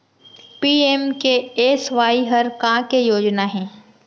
PMKSY हर का के योजना हे?